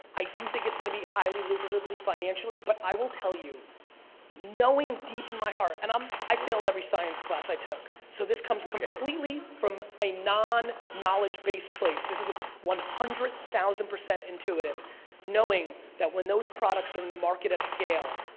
i do think it's gonna be highly lucrative financially, but i will tell you knowing deep in my heart, and um i failed every science class i took so this comes completely from a non-knowledgeable base place, this is ah one hundred thousand intuitive knowing that when those products are in the market at scale,